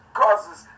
causes